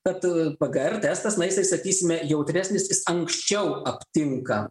kad pgr testas na jisai sakysime jautresnis jis anksčiau aptinka